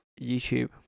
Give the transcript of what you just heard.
youtube